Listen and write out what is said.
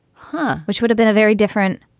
huh? which would have been a very different.